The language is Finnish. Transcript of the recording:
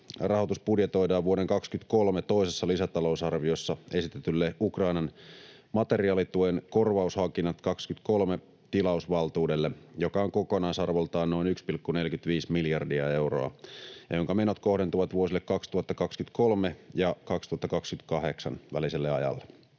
Rahoitus budjetoidaan vuoden 23 toisessa lisätalousarviossa esitetylle Ukrainan materiaalituen korvaushankinnat 23 ‑tilausvaltuudelle, joka on kokonaisarvoltaan noin 1,45 miljardia euroa ja jonka menot kohdentuvat vuosien 2023 ja 2028 väliselle ajalle.